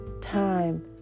time